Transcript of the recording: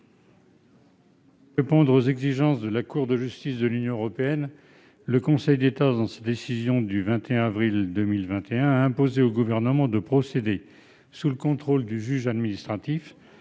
Pour répondre aux exigences de la Cour de justice de l'Union européenne, le Conseil d'État, dans sa décision du 21 avril 2021, a imposé au Gouvernement de procéder, sous le contrôle du juge administratif,